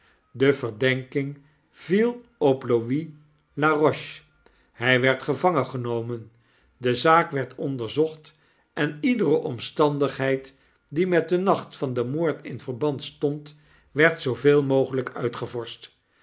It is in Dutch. de verdenking viel op louis laroche hy werd gevangengenomen de zaak werd onderzocht en iedere omstandigheid die met den nacht van den moord in verband stond werd zooveel mogelyk